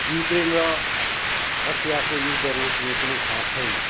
Ukraine र रसियाको युद्ध रोक्ने कुनै छाँट छैन